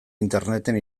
interneten